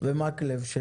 זה כבר מזמן לא ככה.